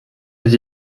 les